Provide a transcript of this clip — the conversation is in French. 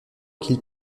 qu’il